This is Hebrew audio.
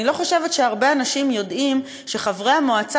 אני לא חושבת שהרבה אנשים יודעים שחברי המועצה,